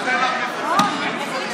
תעלה,